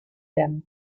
them